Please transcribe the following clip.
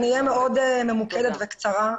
אני אהיה מאוד ממוקדת וקצרה.